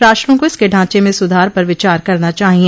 राष्ट्रों को इसके ढांचे में सुधार पर विचार करना चाहिए